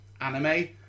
anime